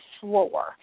floor